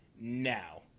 now